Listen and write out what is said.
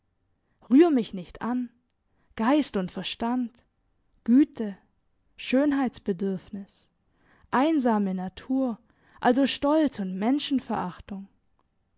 rühr mich nicht an geist und verstand güte schönheitsbedürfnis einsame natur also stolz und menschenverachtung